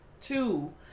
two